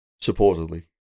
supposedly